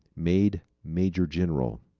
made major-general.